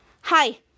Hi